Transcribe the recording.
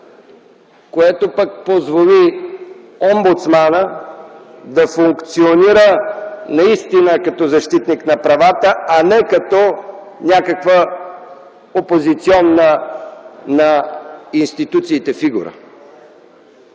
което пък позволи омбудсманът да функционира наистина като защитник на правата, а не като защитник на някаква опозиционна на институциите фигура.